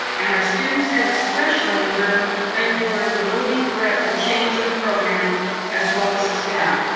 and our students have especially endured endured the looming threat of a change in the program as well as the staff.